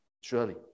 surely